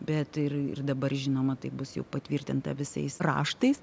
bet ir ir dabar žinoma tai bus jau patvirtinta visais raštais